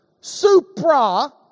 Supra